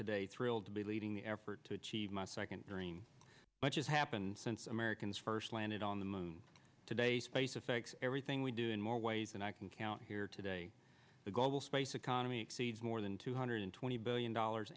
today thrilled to be leading the effort to achieve my second dream but has happened since americans first landed on the moon today space affects everything we do in more ways than i can count here today the global space economy exceeds more than two hundred twenty billion dollars